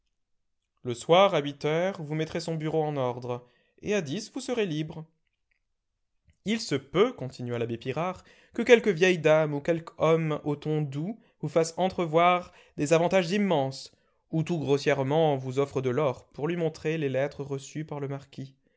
le soir à huit heures vous mettrez son bureau en ordre et à dix vous serez libre il se peut continua l'abbé pirard que quelque vieille dame ou quelque homme au ton doux vous fasse entrevoir des avantages immenses ou tout grossièrement vous offre de l'or pour lui montrer les lettres reçues par le marquis